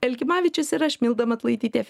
elkimavičius ir aš milda matulaitytė